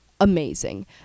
amazing